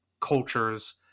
cultures